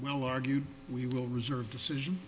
well argued we will reserve decision